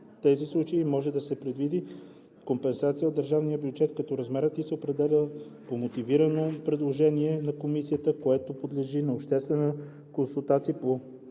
тези случаи може да се предвиди компенсация от държавния бюджет, като размерът ѝ се определя по мотивирано предложение на комисията, което подлежи на обществената консултация по